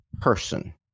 person